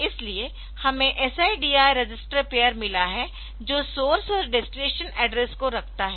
इसलिए हमें SI DI register pair मिला है जो सोर्स और डेस्टिनेशन एड्रेस को रखता है